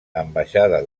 ambaixada